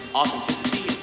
authenticity